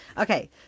Okay